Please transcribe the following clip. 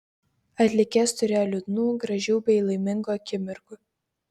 atlikėjas turėjo liūdnų gražių bei laimingų akimirkų